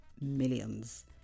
millions